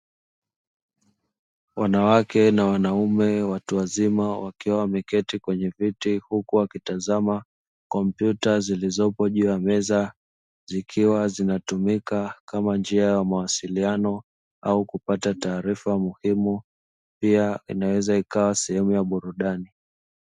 Wanawake na wanaume watu wazima wakiwa wemeketi kwenye viti, huku wakitazama kompyuta zikiwa juu ya meza, zikiwa zinatumika kama njia ya mawasiliano ama taarifa muhimu, pia unaweza ikawa sehemu ya burudani.